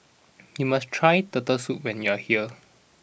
you must try Turtle Soup when you are here